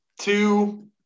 Two